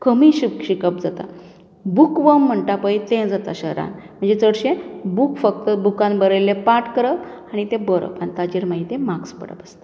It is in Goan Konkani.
कमी शिकप जाता बूकवर्म म्हणटा पळय तें जाता शहरांत म्हणजे चडशे बूक फक्त बुकांत बरयलें पाठ करप आनी ते बरप आनी ताचेर मागीर ते मार्क्स पडप आसता